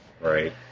right